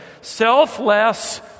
selfless